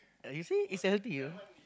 ah you see is a healthy you know